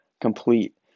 complete